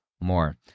more